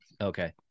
Okay